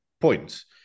points